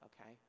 okay